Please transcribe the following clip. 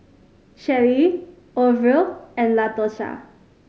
Shelly Orvil and Latosha